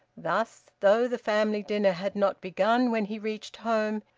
thus, though the family dinner had not begun when he reached home,